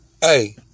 hey